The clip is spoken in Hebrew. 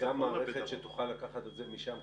וגם מערכת שתוכל לקחת את זה משם?